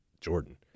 Jordan